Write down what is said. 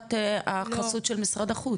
תחת החסות של משרד החוץ,